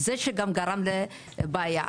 זה גם גרם לבעיה,